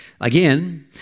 Again